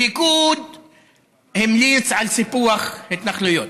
הליכוד המליץ על סיפוח התנחלויות,